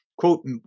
Quote